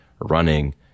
running